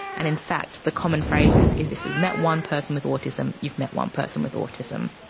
and in fact the common phrase is is if you've met one person with autism, you've met one person with autism.